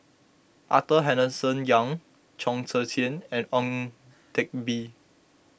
Arthur Henderson Young Chong Tze Chien and Ang Teck Bee